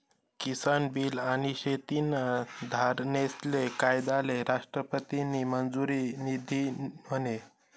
किसान bill आनी शेतीना धोरनेस्ले कायदाले राष्ट्रपतीनी मंजुरी दिधी म्हने?